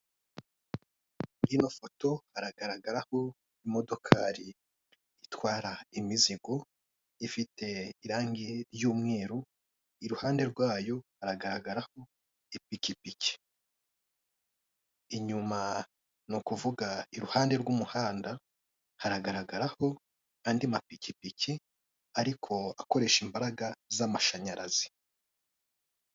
Muri ino foto hagaragaraho imodokari itwara imizigo, ifite irangi ry'umweru, iruhande rwayo hagaragaraho ipikipiki, inyuma ni ukuvuga iruhande rw'umuhanda haragaragaraho andi mapikipiki ariko akoresha imbaraga z'amashanyarazi.